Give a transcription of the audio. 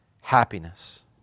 happiness